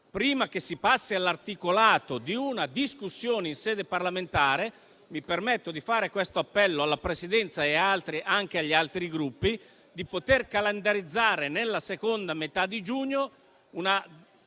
prima che si passi all'articolato, di una discussione in sede parlamentare, mi permetto di rivolgere un appello alla Presidenza e altri anche agli altri Gruppi. Chiediamo di poter calendarizzare, nella seconda metà di giugno, una